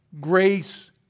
grace